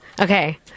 okay